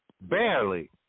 Barely